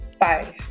five